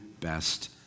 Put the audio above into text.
best